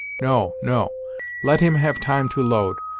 no, no let him have time to load,